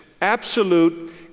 absolute